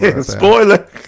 spoiler